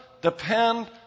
depend